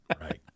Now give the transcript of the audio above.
Right